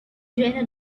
jena